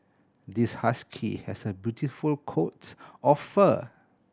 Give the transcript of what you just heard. this husky has a beautiful coat of fur